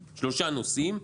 שלושה נושאים.